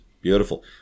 Beautiful